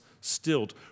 stilled